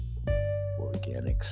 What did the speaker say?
Organics